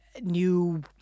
new